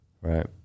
Right